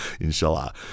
inshallah